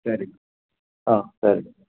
சரிங்க ஆ சரிங்க